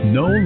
no